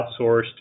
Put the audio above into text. outsourced